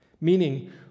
meaning